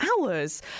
hours